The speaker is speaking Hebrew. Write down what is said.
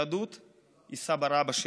יהדות היא סבא-רבא שלי,